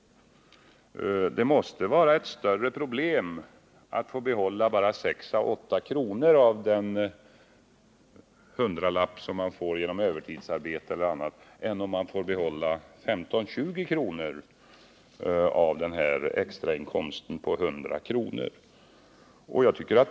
Det måste vara ett större problem att få behålla bara 6 å 8 kr. av den hundralapp som man får genom övertidsarbete eller annat än att få behålla 15-20 kr. av denna extra inkomst på 100 kr.